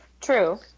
True